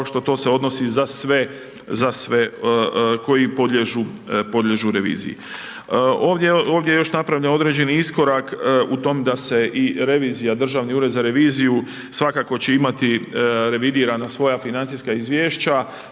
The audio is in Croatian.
što to se odnosi za sve koji podliježu reviziji. Ovdje je još napravljen određeni iskorak u tom da se i revizija, Državni ured za reviziju, svakako će imati revidirano svoja financijska izvješća,